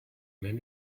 man